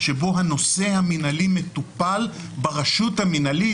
שבו הנושא המינהלי מטופל ברשות המינהלית,